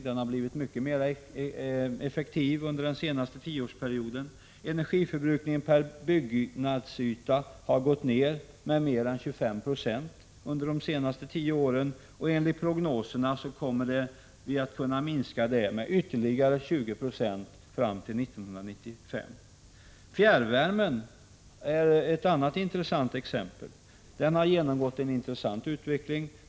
Den har blivit mycket mer effektiv under den senaste tioårsperioden. Energiförbrukningen räknad på byggnadsyta har gått ner med mer än 25 90 under de senaste tio åren, och enligt prognoserna kommer vi att kunna minska förbrukningen med ytterligare 20 96 fram till 1995. Fjärrvärmen har genomgått en intressant utveckling.